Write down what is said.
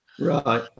right